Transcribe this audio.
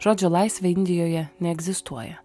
žodžio laisvė indijoje neegzistuoja